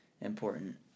important